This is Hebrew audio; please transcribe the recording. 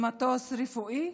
במטוס רפואי